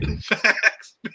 Facts